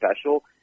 special